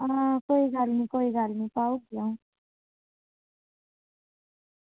आं कोई गल्ल निं कोई गल्ल निं पाई ओड़गी तुसें ई अं'ऊ